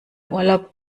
urlaub